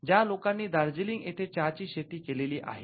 ज्या लोकांनी दार्जिलिंग येथे चहाची शेती केलेली आहे